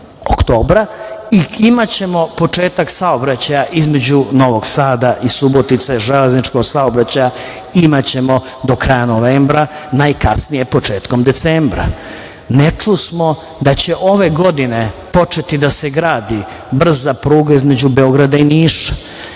i imaćemo početak saobraćaja između Novog Sada i Subotice, železničkog saobraćaja, do kraja novembra, najkasnije početkom decembra. Ne čusmo da će ove godine početi da se gradi brza pruga između Beograda i Niša,